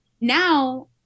now-